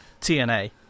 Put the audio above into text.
TNA